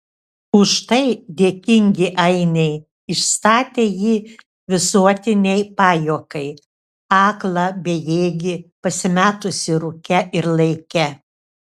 už tai dėkingi ainiai išstatė jį visuotinei pajuokai aklą bejėgį pasimetusį rūke ir laike